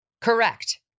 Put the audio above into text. correct